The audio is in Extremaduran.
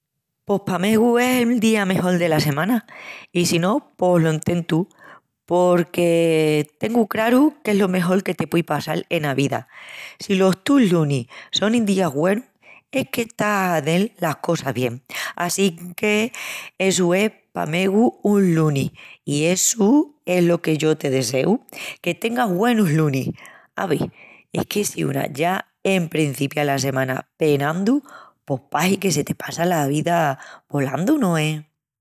Pos pa megu es el día mejol dela semana. I si no pos lo ententu. Porque tengu craru qu'es lo mejol que te puei passal ena vida! Si los tus lunis sonin días güenus es qu'estás a hazel las cosas bien. Assinque essu es pa megu un lunis i essu es lo que yo te deseu, que tengas güenus lunis! Ave, es que si una ya emprencipia la seman penandu pos pahi que se te passa la vida volandu, no es?